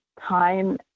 time